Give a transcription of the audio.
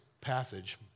passage